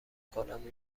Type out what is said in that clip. کنم